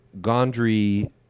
Gondry